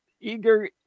eager